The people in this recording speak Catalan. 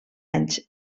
anys